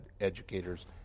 educators